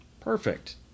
Perfect